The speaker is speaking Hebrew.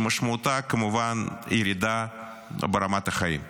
שמשמעותה כמובן ירידה ברמת החיים.